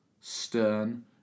stern